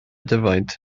defaid